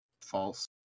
False